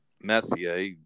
Messier